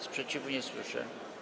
Sprzeciwu nie słyszę.